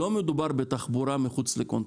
לא מדובר בתחבורה מחוץ לקונטקסט.